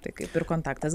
tai kaip ir kontaktas